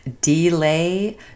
delay